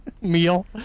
Meal